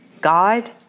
guide